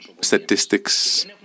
statistics